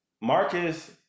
Marcus